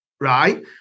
right